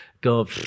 God